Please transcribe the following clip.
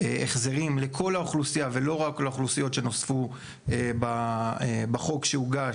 ההחזרים לכל האוכלוסייה ולא רק לאוכלוסיות שנוספו בחוק שהוגש,